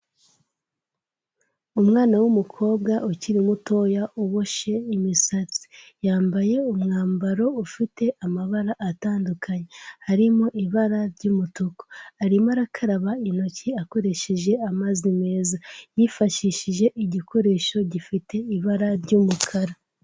Umwana w'umukobwa, ukiri mutoya uboshe imisatsi. Yambaye umwambaro ufite amabara atandukanye. Harimo ibara ry'umutuku. Arimo arakaraba intoki akoresheje amazi meza. Yifashishije igikoresho gifite ibara ry'umukara.